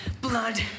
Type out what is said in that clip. Blood